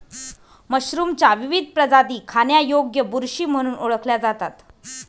मशरूमच्या विविध प्रजाती खाण्यायोग्य बुरशी म्हणून ओळखल्या जातात